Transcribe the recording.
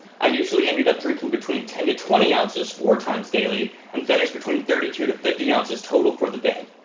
i usually ended up drinking between ten to twenty ounces four times daily and finished between thirty two to fifty ounces total for the day.